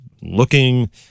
looking